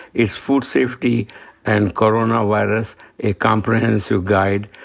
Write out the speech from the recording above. is food safety and coronavirus, a comprehensive guide,